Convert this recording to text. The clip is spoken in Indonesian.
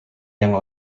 yang